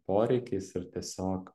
poreikiais ir tiesiog